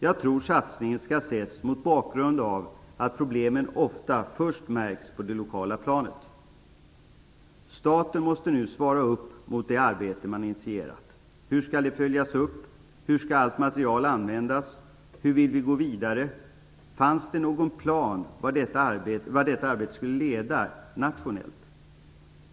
Jag tror att satsningen skall ses mot bakgrund av att problemen ofta märks först på det lokala planet. Staten måste nu svara upp mot det arbete man initierat. Hur skall det följas upp? Hur skall allt material användas? Hur vill vi gå vidare? Fanns det någon plan över vart detta arbete skulle leda nationellt?